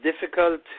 difficult